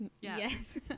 Yes